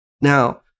Now